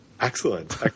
Excellent